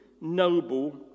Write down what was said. noble